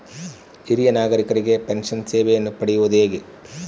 ಹಿರಿಯ ನಾಗರಿಕರಿಗೆ ಪೆನ್ಷನ್ ಸೇವೆಯನ್ನು ಪಡೆಯುವುದು ಹೇಗೆ?